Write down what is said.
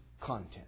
content